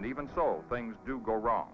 and even small things do go wrong